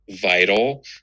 vital